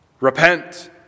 Repent